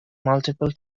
multiple